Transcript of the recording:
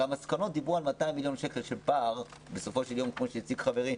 המסקנות דיברו על פער של 200 מיליון שקל כפי שהציג חברי.